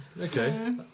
Okay